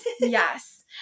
Yes